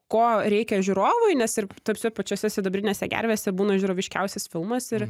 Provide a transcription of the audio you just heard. ko reikia žiūrovui nes ir ta prasme pačiose sidabrinėse gervėse būna žiūroviškiausias filmas ir